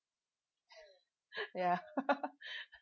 ya